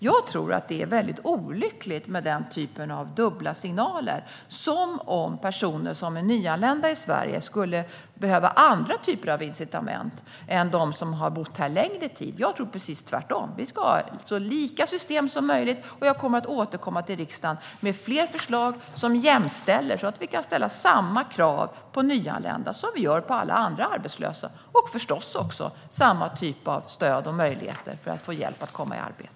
Jag tror att det är väldigt olyckligt med den typen av dubbla signaler, som om personer som är nyanlända i Sverige skulle behöva andra typer av incitament än de som har bott här längre tid. Jag tror precis tvärtom; vi ska ha så lika system som möjligt, och jag kommer att återkomma till riksdagen med fler förslag som jämställer så att vi kan ställa samma krav på nyanlända som vi gör på alla andra arbetslösa och förstås också erbjuda samma typ av stöd och möjligheter att få hjälp att komma i arbete.